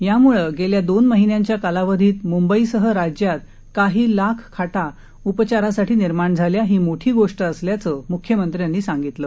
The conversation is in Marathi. यामुळं गेल्या दोन महिन्यांच्या कालावधीत मुंबईसह राज्यात काही लाख खाटा उपचारासाठी निर्माण झाल्या ही मोठी गोष्ट असल्याचं मुख्यमंत्र्यांनी सांगितलं